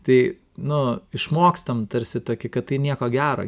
tai nu išmokstam tarsi tokį kad tai nieko gero